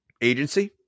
agency